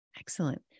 Excellent